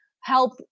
help